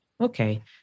Okay